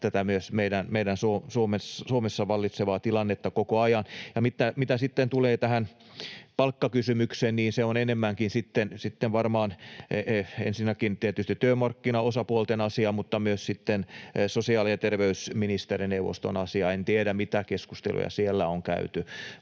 tätä myös meidän Suomessa vallitsevaa tilannetta koko ajan. Mitä sitten tulee tähän palkkakysymykseen, niin se on enemmänkin sitten varmaan ensinnäkin tietysti työmarkkinaosapuolten asia mutta myös sitten sosiaali- ja terveysministerineuvoston asia, en tiedä, mitä keskusteluja siellä on käyty,